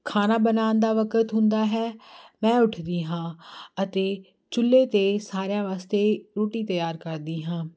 ਖਾਣਾ ਬਣਾਉਣ ਦਾ ਵਕਤ ਹੁੰਦਾ ਹੈ ਮੈਂ ਉੱਠਦੀ ਹਾਂ ਅਤੇ ਚੁੱਲੇ 'ਤੇ ਸਾਰਿਆਂ ਵਾਸਤੇ ਰੋਟੀ ਤਿਆਰ ਕਰਦੀ ਹਾਂ